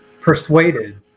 persuaded